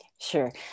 Sure